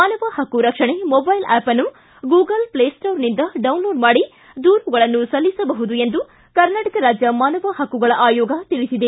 ಮಾನವ ಹಕ್ಕು ರಕ್ಷಣೆ ಮೊಬೈಲ್ ಆ್ವಪ್ ಅನ್ನು ಗೂಗಲ್ ಫ್ಲೇ ಸ್ಟೋರ್ನಿಂದ ಡೌನ್ ಲೋಡ್ ಮಾಡಿ ದುರುಗಳನ್ನು ಸಲ್ಲಿಸಬಹುದು ಎಂದು ಕರ್ನಾಟಕ ರಾಜ್ಯ ಮಾನವ ಹಕ್ಕುಗಳ ಆಯೋಗ ತಿಳಿಸಿದೆ